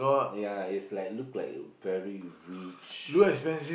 ya is like look like very rich